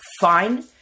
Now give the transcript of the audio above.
fine